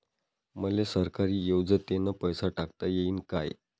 मले सरकारी योजतेन पैसा टाकता येईन काय?